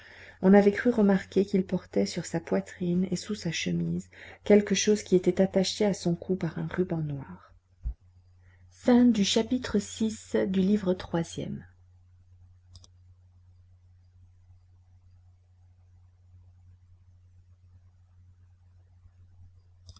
on avait cru remarquer qu'il portait sur sa poitrine et sous sa chemise quelque chose qui était attaché à son cou par un ruban noir chapitre vii